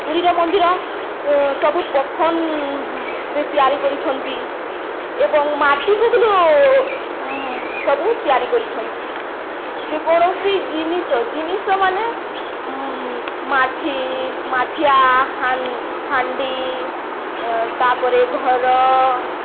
ପୁରୀର ମନ୍ଦିର ସବୁ ପଖନ୍ରେ ତିଆରି କରିଛନ୍ତି ଏବଂ ମାଟିକୁବିଲୁ ସବୁ ତିଆରି କରିଛନ୍ତି ଯେକୌଣସି ଜିନିଷ ଜିନିଷ ମାନେ ମାଠି ମାଠିଆ ହା ହାଣ୍ଡି ତା'ପରେ ଘର